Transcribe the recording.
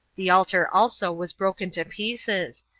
the altar also was broken to pieces,